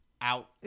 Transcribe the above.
out